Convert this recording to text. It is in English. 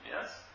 yes